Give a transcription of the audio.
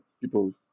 people